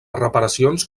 reparacions